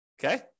Okay